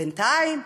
בינתיים,